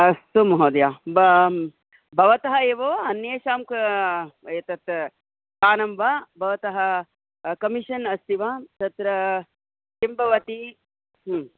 अस्तु महोदय भवतः एव अन्येषां एतत् स्थाानं वा भवतः कमिशन् अस्ति वा तत्र किं भवति